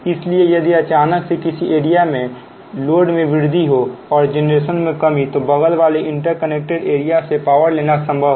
इसीलिए यदि अचानक से किसी एरिया में लोड में वृद्धि हो और जनरेशन में कमी तो बगल वाले इंटरकनेक्टेड एरिया से पावर लेना संभव है